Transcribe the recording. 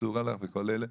שורלך וכל הדברים האלה.